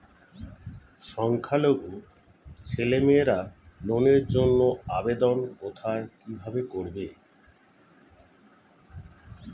সংখ্যালঘু ছেলেমেয়েরা লোনের জন্য আবেদন কোথায় কিভাবে করবে?